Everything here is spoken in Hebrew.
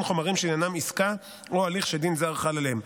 חומרים שעניינם עסקה או הליך שדין זר חל עליהם.